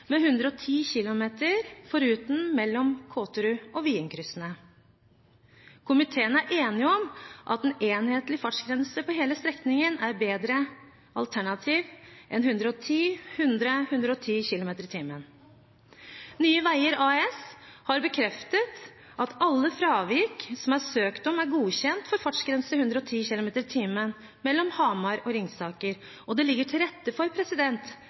med 110 km/t, unntatt kryssene mellom Kåterud og Vien. Komiteen er enig om at en enhetlig fartsgrense på hele strekningen er et bedre alternativ enn 110 km/t, 100 km/t og 110 km/t. Nye Veier AS har bekreftet at alle fravik som er søkt om, er godkjent for fartsgrense på 110 km/t mellom Hamar og Ringsaker, og det ligger til rette for